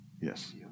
Yes